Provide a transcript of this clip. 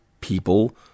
people